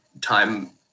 time